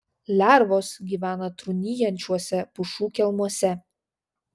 lervos gyvena trūnijančiuose pušų kelmuose